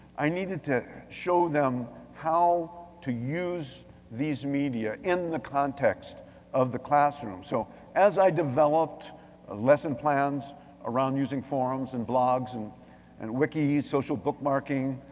i needed to show them how to use these media in the context of the classroom. so as i developed ah lesson plans around using forums and blogs and and wiki, social bookmarking,